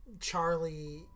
Charlie